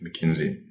McKinsey